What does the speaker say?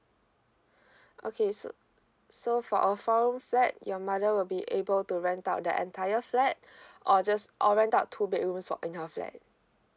okay so so for our four room flat your mother will be able to rent out the entire flat or just or rent out two bedrooms for in our flat